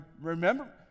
remember